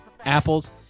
apples